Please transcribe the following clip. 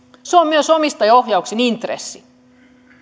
se on myös omistajaohjauksen intressi